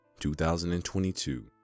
2022